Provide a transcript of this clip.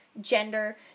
gender